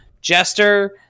Jester